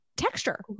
texture